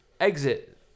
exit